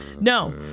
no